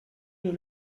you